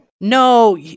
No